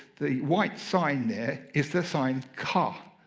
the white sign there is the sign ka,